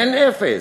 אין אפס.